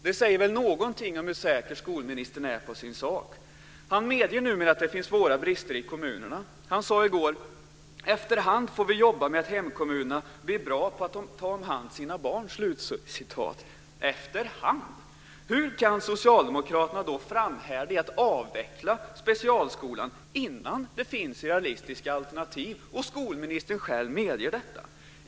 Det säger väl någonting om hur säker skolministern är på sin sak. Han medger numera att det finns svåra brister i kommunerna. Han sade i går: "Efterhand får vi jobba med att hemkommunerna blir bra på att ta om hand om sina barn." Efterhand? Hur kan Socialdemokraterna då framhärda i att avveckla specialskolan innan det finns realistiska alternativ? Skolministern själv medger detta.